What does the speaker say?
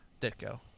Ditko